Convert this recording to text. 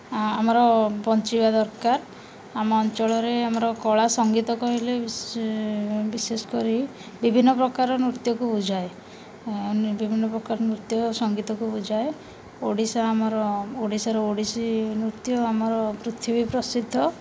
ଆମର ବଞ୍ଚିବା ଦରକାର ଆମ ଅଞ୍ଚଳରେ ଆମର କଳା ସଙ୍ଗୀତ କହିଲେ ବିଶେଷ କରି ବିଭିନ୍ନପ୍ରକାର ନୃତ୍ୟକୁ ବୁଝାଏ ବିଭିନ୍ନପ୍ରକାର ନୃତ୍ୟ ସଙ୍ଗୀତକୁ ବୁଝାଏ ଓଡ଼ିଶା ଆମର ଓଡ଼ିଶାର ଓଡ଼ିଶୀ ନୃତ୍ୟ ଆମର ପୃଥିବୀ ପ୍ରସିଦ୍ଧ